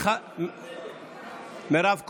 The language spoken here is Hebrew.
מירב כהן,